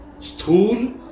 Stool